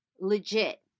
legit